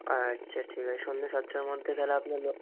আচ্ছা ঠিক আছে সন্ধ্যে সাতটার মধ্যে তাহলে আপনার ল